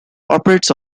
operates